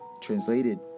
translated